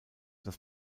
das